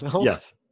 Yes